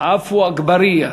עפו אגבאריה.